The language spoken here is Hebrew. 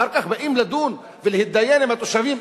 אחר כך באים לדון ולהתדיין עם התושבים,